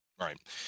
Right